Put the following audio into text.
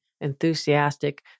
enthusiastic